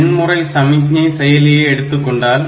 எண் முறை சமிக்ஞை செயலியை எடுத்து கொண்டால்